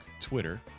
Twitter